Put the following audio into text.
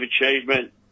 achievement